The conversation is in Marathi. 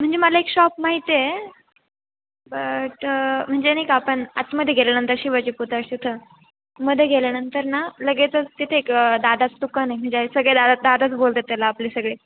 म्हणजे मला एक शॉप माहीती आहे बट म्हणजे नाही का आपण आतमध्ये गेल्यानंतर शिवाजी पुतळा तिथं मध्ये गेल्यानंतर ना लगेचच तिथे एक दादाचं दुकान आहे एक म्हणजे सगळे दादा दादाच बोलतात त्याला आपले सगळे